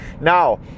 Now